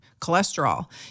cholesterol